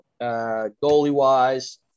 goalie-wise